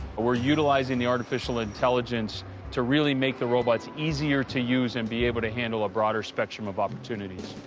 we're utilizing the artificial intelligence to really make the robots easier to use and be able to handle a broader spectrum of opportunities.